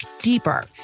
deeper